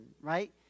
right